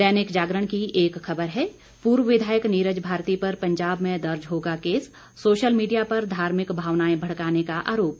दैनिक जागरण की एक खबर है पूर्व विधायक नीरज भारती पर पंजाब में दर्ज होगा केस सोशल मीडिया पर धार्मिक भावनाएं भड़काने का आरोप